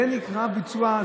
זה נקרא ביצוע?